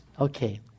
okay